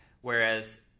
whereas